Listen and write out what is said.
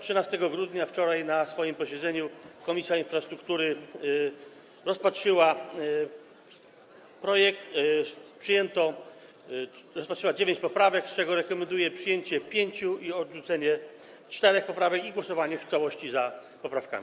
13 grudnia, wczoraj, na swoim posiedzeniu Komisja Infrastruktury rozpatrzyła projekt, rozpatrzyła dziewięć poprawek, z czego rekomenduje przyjęcie pięciu i odrzucenie czterech oraz głosowanie w całości za poprawkami.